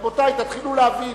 רבותי, תתחילו להבין: